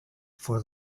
for